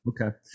Okay